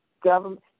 government